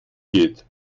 geht